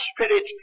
Spirit